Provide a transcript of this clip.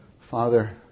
Father